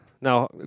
Now